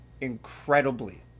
incredibly